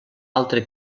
altre